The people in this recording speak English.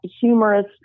humorous